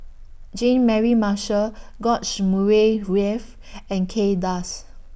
Jean Mary Marshall George Murray Reith and Kay Das